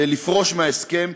לפרוש מההסכם,